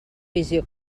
visió